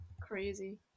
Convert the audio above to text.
Crazy